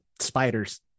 spiders